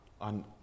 on